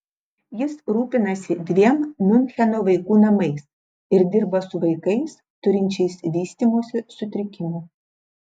jis rūpinasi dviem miuncheno vaikų namais ir dirba su vaikais turinčiais vystymosi sutrikimų